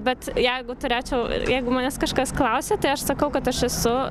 bet jeigu turėčiau jeigu manęs kažkas klausia tai aš sakau kad aš esu